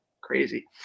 Crazy